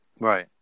Right